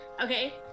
okay